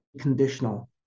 conditional